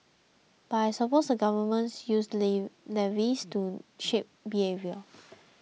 but I suppose the government uses levies to shape behaviour